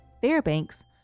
Fairbanks